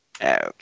Okay